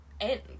end